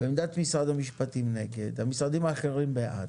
עמדת משרד המשפטים היא נגד, המשרדים האחרים בעד.